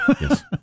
yes